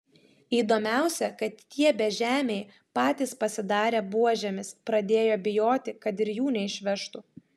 įdomiausia kad tie bežemiai patys pasidarė buožėmis pradėjo bijoti kad ir jų neišvežtų